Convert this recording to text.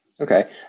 Okay